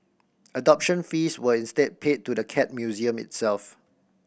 adoption fees were instead paid to the Cat Museum itself